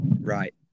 right